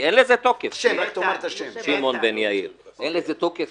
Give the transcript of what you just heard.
כפי שאמר יובל,